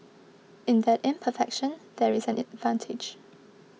in that imperfection there is an advantage